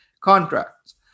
contracts